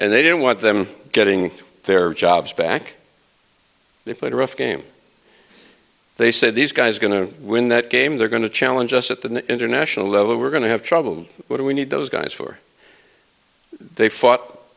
and they didn't want them getting their jobs back they played a rough game they said these guys are going to win that game they're going to challenge us at the international level we're going to have trouble what do we need those guys for they fought